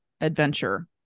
adventure